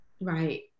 Right